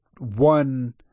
one